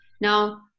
Now